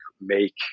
make